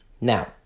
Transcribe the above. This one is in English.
Now